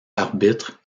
arbitre